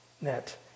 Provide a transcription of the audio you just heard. net